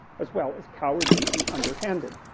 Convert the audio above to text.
as well as cowardly and underhanded.